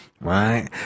right